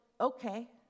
okay